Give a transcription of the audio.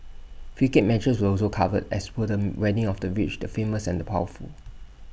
cricket matches were also covered as were the weddings of the rich the famous and the powerful